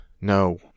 No